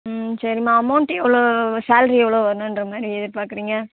ம் சரிம்மா அமௌண்ட்டு எவ்வளோ சால்ரி எவ்வளோ வேணுன்ற மாதிரி எதிர்பார்க்கறீங்க